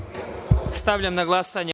Stavljam na glasanje